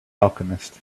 alchemist